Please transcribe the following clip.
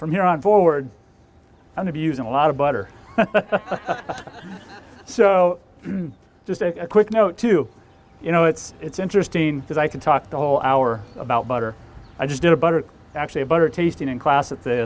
from here on forward on abuse and a lot of butter so just a quick note to you know it's it's interesting that i can talk the whole hour about butter i just did a butter actually butter tasting in class at th